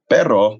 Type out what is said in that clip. Pero